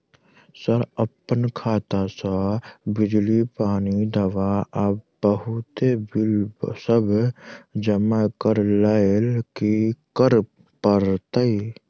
Sir अप्पन खाता सऽ बिजली, पानि, दवा आ बहुते बिल सब जमा करऽ लैल की करऽ परतै?